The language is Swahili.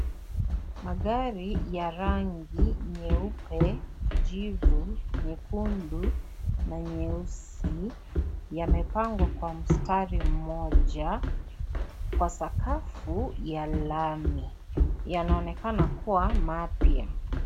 Magari ya rangi nyeupe , kijivu, nyekundu na nyeusi yamepangwa kwa mstari moja Kwa sakafu ya lami. Yanaonekana kuwa mapya.